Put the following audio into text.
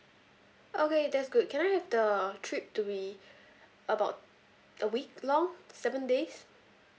okay that's good can I have the trip to be about a week long seven days